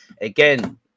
Again